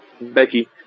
Becky